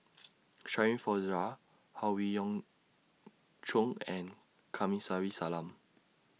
Shirin Fozdar Howe Yoon Chong and Kamsari Salam